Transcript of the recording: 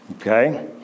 okay